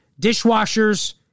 dishwashers